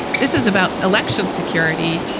this is about election security.